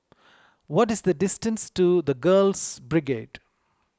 what is the distance to the Girls Brigade